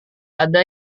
ada